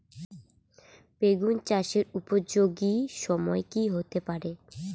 বেগুন চাষের উপযোগী সময় কি হতে পারে?